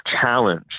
challenge